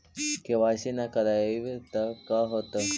KYC न करवाई तो का हाओतै?